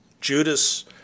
Judas